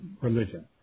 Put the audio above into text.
religion